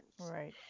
Right